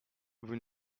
vous